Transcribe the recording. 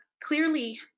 Clearly